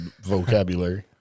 vocabulary